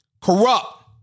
Corrupt